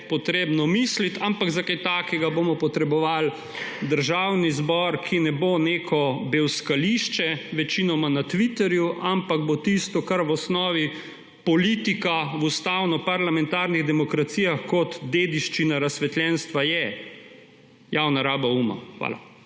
treba misliti. Ampak za kaj takega bomo potrebovali Državni zbor, ki ne bo neko bevskališče, večinoma na Twitterju, ampak bo tisto, kar v osnovi politika v ustavno-parlamentarnih demokracijah kot dediščina razsvetljenstva je – javna raba uma. Hvala.